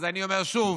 אז אני אומר שוב: